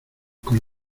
con